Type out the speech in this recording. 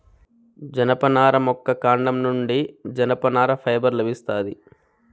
జనపనార మొక్క కాండం నుండి జనపనార ఫైబర్ లభిస్తాది